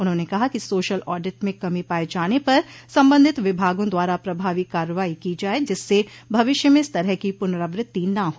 उन्होंने कहा कि सोशल ऑडिट में कमी पाये जाने पर संबंधित विभागों द्वारा प्रभावी कार्रवाई की जाये जिससे भविष्य में इस तरह की पुनरावृत्ति न हो